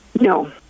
No